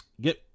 Get